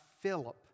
Philip